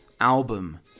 album